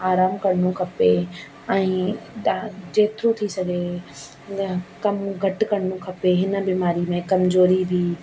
आराम करिणो खपे ऐं जेतिरो थी सघे कमु घटि करिणो खपे हिन बीमारी में कमज़ोरी बि